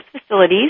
facilities